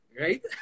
right